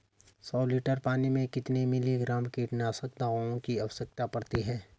सौ लीटर पानी में कितने मिलीग्राम कीटनाशक दवाओं की आवश्यकता पड़ती है?